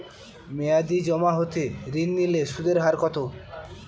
মেয়াদী জমা হতে ঋণ নিলে সুদের হার কত?